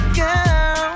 girl